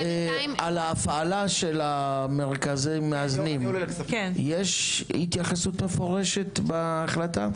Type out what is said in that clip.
על הפעלת מרכזים מאזנים יש התייחסות מפורשת בהחלטה?